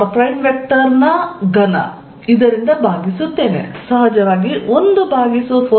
ಸಹಜವಾಗಿ 1 ಭಾಗಿಸು 40 ಬ್ರಾಕೆಟ್ ಹೊರಗೆ ಇದೆ